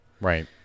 Right